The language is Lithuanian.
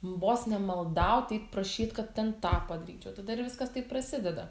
vos ne maldaut eit prašyti kad ten tą padaryčiau tada ir viskas taip prasideda